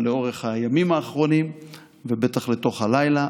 אבל לאורך הימים האחרונים ובטח לתוך הלילה,